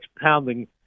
pounding